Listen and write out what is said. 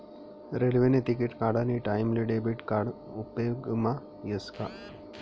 रेल्वेने तिकिट काढानी टाईमले डेबिट कार्ड उपेगमा यस का